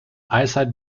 eyesight